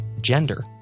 gender